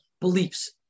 beliefs